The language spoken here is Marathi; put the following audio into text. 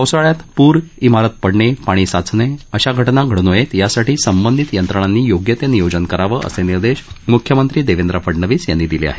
पावसाळ्यात पूर इमारत पडणे पाणी साचणे अशा घटना घड् नयेत यासाठी संबंधित यंत्रणांनी योग्य ते नियोजन करावं असे निर्देश म्ख्यमंत्री देवेंद्र फडणवीस यांनी दिले आहेत